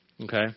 okay